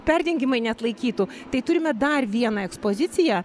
perdengimai neatlaikytų tai turime dar vieną ekspoziciją